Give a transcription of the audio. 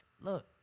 look